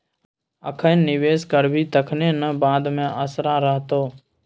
अखन निवेश करभी तखने न बाद मे असरा रहतौ